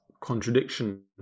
contradiction